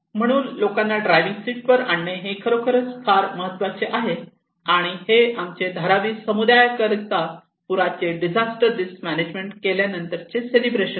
म्हणून लोकांना driving seat वर आणणे हे खरोखर फार महत्वाचे आहे आणि हे आमचे धारावी समुदायाकरता पुराचे डिझास्टर रिस्क मॅनेजमेंट केल्यानंतरचे सेलेब्रेशन आहे